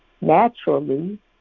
naturally